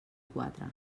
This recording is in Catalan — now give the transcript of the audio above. quatre